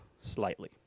slightly